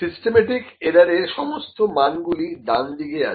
systematic এররের সমস্ত মান গুলি ডানদিকে আছে